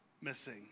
missing